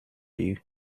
you